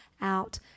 out